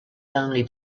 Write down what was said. only